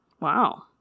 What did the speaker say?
Wow